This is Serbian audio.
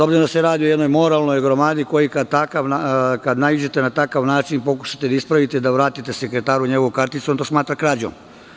Obzirom da se radi o jednoj moralnoj gromadi koju, kad naiđete, na takav način, pokušavate da ispravite i da vratite sekretaru njegovu karticu, on to smatra krađom.